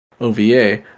ova